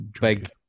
big